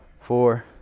four